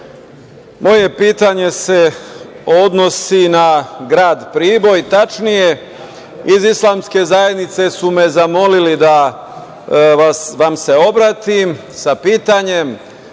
moje pitanje se odnosi na grad Priboj, tačnije iz islamske zajednice su me zamolili da vam se obratim sa pitanjem